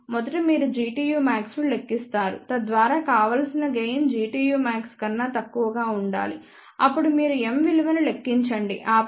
మొదట మీరు Gtu max ను లెక్కిస్తారు తద్వారా కావలసిన గెయిన్ Gtu max కన్నా తక్కువగా ఉండాలి అప్పుడు మీరు M విలువను లెక్కించండి ఆపై m విలువ 0